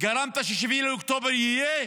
גרמת ש-7 באוקטובר יהיה,